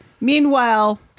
Meanwhile